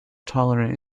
tolerant